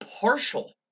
partial